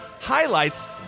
highlights